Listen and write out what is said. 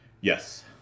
Yes